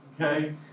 okay